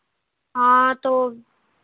हाँ तो